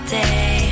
day